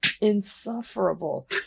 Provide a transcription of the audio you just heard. insufferable